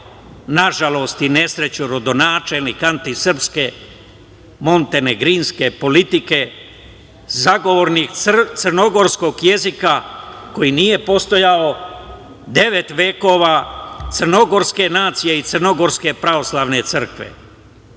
nažalost, rodonačelnik antisrpske montenegrinske politike, zagovornik crnogorskog jezika koji nije postojao devet vekova crnogorske nacije i crnogorske pravoslavne crkve,